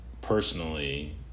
personally